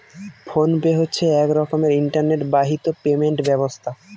phone pay হচ্ছে এক রকমের ইন্টারনেট বাহিত পেমেন্ট ব্যবস্থা